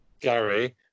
Gary